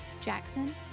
Jackson